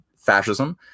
fascism